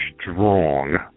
strong